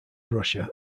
russia